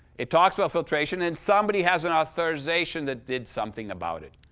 it talks about filtration, and somebody has an authorization that did something about it,